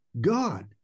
God